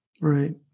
Right